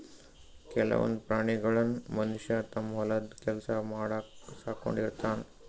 ಕೆಲವೊಂದ್ ಪ್ರಾಣಿಗಳನ್ನ್ ಮನಷ್ಯ ತಮ್ಮ್ ಹೊಲದ್ ಕೆಲ್ಸ ಮಾಡಕ್ಕ್ ಸಾಕೊಂಡಿರ್ತಾನ್